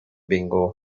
bingo